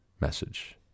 message